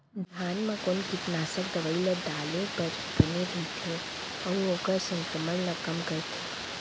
धान म कोन कीटनाशक दवई ल डाले बर बने रइथे, अऊ ओखर संक्रमण ल कम करथें?